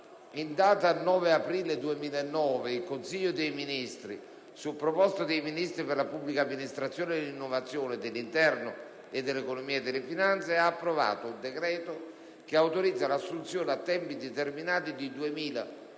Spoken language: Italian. in data 9 aprile 2009 il Consiglio dei ministri, su proposta dei Ministri per la pubblica amministrazione e l'innovazione, dell'interno e dell'economia e delle finanze, ha approvato un decreto che autorizza l'assunzione a tempo indeterminato di 2.875 unità